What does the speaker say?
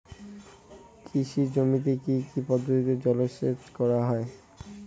কৃষি জমিতে কি কি পদ্ধতিতে জলসেচ করা য়ায়?